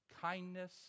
kindness